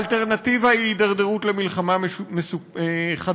האלטרנטיבה היא הידרדרות למלחמה חדשה.